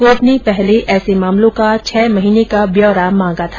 court ने पहले ऐसे मामलों का छह महीने को ब्यौरा मांगा था